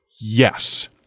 yes